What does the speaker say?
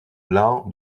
laon